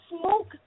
smoke